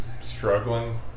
struggling